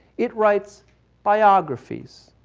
it writes biographies,